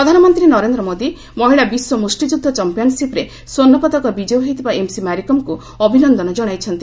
PM Mary Kom ପ୍ରଧାନମନ୍ତ୍ରୀ ନରେନ୍ଦ୍ର ମୋଦି ମହିଳା ବିଶ୍ୱ ମୁଷ୍ଟିଯୁଦ୍ଧ ଚାମ୍ପିୟନ୍ସିପ୍ରେ ସ୍ୱର୍ଷ୍ଣ ପଦକ ବିଜୟୀ ହୋଇଥିବା ଏମ୍ସି ମାରିକମ୍ଙ୍କୁ ଅଭିନନ୍ଦନ ଜଣାଇଛନ୍ତି